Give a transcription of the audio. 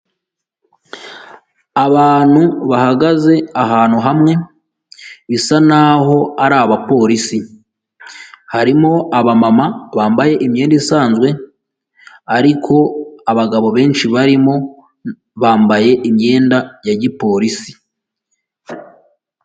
Abantu bahagaze ahantu hamwe, bisa n'aho ari abapolisi, harimo abamama bambaye imyenda isanzwe ariko abagabo benshi barimo bambaye imyenda ya gipolisi.